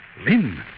Lynn